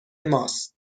ماست